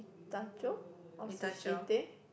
Itacho or Sushi-Tei